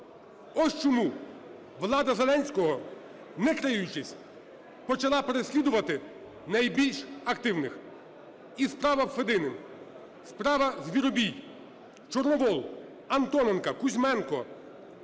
Ось чому влада Зеленського, не криючись, почала переслідувати найбільш активних. І справа Федини, справа Звіробій, Чорновол, Антоненка, Кузьменка,